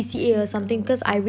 c~ ah okay